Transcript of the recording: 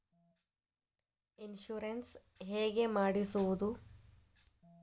Insurance ಹೇಗೆ ಮಾಡಿಸುವುದು?